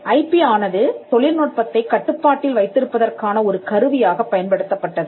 IP ஆனது தொழில்நுட்பத்தைக் கட்டுப்பாட்டில் வைத்திருப்பதற்கான ஒரு கருவியாகப் பயன்படுத்தப்பட்டது